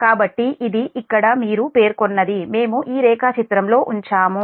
కాబట్టి ఇది ఇక్కడ మీరు పేర్కొన్నది మేము ఈ రేఖాచిత్రం లో ఉంచాము